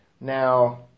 Now